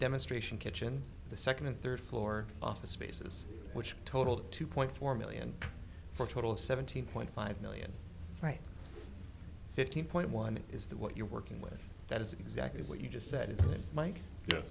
demonstration kitchen the second and third floor office spaces which totaled two point four million for a total of seventeen point five million right fifteen point one is that what you're working with that is exactly what you just